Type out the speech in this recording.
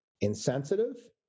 insensitive